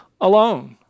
alone